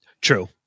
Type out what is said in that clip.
True